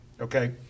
okay